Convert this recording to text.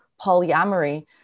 polyamory